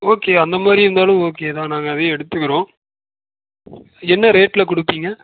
okay அந்தமாதிரி இருந்தாலும் okay தான் நாங்கள் அதையும் எடுத்துக்கிறோம் என்ன ரேட்டில் கொடுப்பீங்க